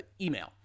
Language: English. email